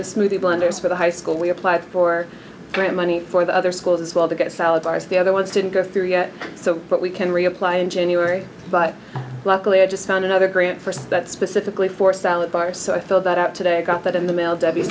this movie blinders for the high school we applied for grant money for the other schools as well to get salad bars the other ones didn't go through so but we can reapply in january but luckily i just found another grant for us that specifically for salad bar so i thought that out today i got that in the mail